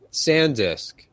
Sandisk